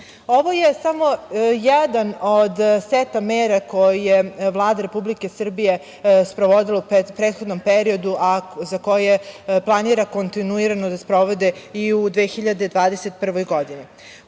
je samo jedan seta mera koji je Vlada Republike Srbije sprovodila u prethodnom periodu, a za koji planira kontinuirano da sprovode i u 2021. godini.